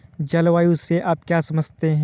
जलवायु से आप क्या समझते हैं?